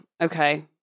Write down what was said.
okay